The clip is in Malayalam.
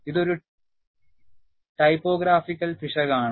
ഇത് ഒരു ടൈപ്പോഗ്രാഫിക്കൽ പിശകാണ്